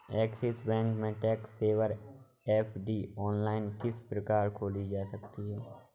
Axis bank में tax saver FD online किस प्रकार खोली जा सकती है?